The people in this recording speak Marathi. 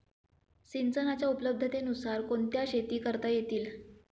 सिंचनाच्या उपलब्धतेनुसार कोणत्या शेती करता येतील?